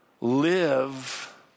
live